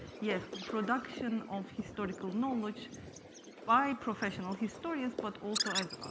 yes, production of historical knowledge by professional historians but also as,